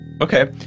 Okay